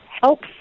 helps